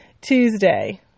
tuesday